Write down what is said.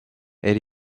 elle